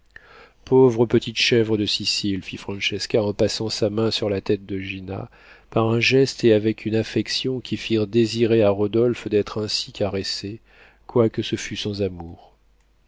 pauvre petite chèvre de sicile fit francesca en passant sa main sur la tête de gina par un geste et avec une affection qui firent désirer à rodolphe d'être ainsi caressé quoique ce fût sans amour